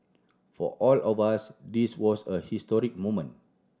for all of us this was a historic moment